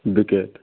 bucket